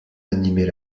animer